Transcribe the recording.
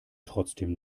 trotzdem